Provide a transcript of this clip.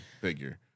figure